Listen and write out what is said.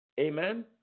amen